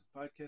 podcast